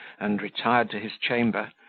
and retired to his chamber,